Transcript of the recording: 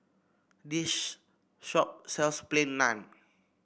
this shop sells Plain Naan